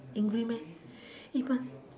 angry but